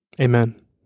Amen